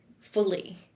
fully